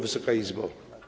Wysoka Izbo!